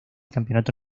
campeonato